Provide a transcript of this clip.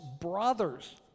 brothers